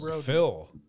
Phil